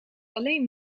alleen